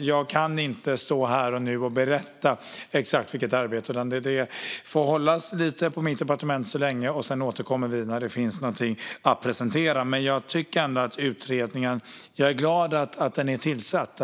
Jag kan inte stå här och nu och berätta exakt vilket, utan det får hållas lite på mitt departement så länge. Sedan återkommer vi när det finns någonting att presentera. Jag är glad att utredningen är tillsatt.